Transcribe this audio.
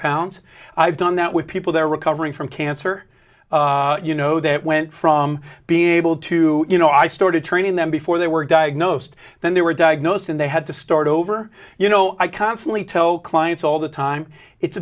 pounds i've done that with people that are recovering from cancer you know that went from being able to you know i started training them before they were diagnosed then they were diagnosed and they had to start over you know i constantly tell clients all the time it's